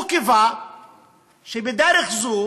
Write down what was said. הוא קיווה שבדרך זו